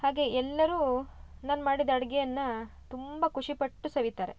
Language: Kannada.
ಹಾಗೆ ಎಲ್ಲರೂ ನಾನು ಮಾಡಿದ ಅಡುಗೆಯನ್ನಾ ತುಂಬ ಖುಷಿಪಟ್ಟು ಸವಿತಾರೆ